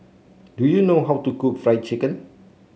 do you know how to cook Fried Chicken